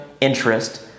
interest